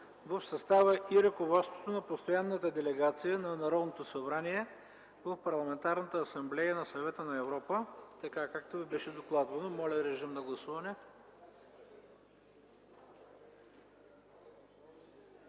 в състава и ръководството на Постоянната делегация на Народното събрание в Парламентарната асамблея на Съвета на Европа, така както беше докладвано. Режим на гласуване.